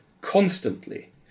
constantly